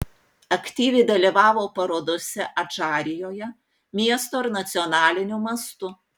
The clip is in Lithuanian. aktyviai dalyvavo parodose adžarijoje miesto ir nacionaliniu mastu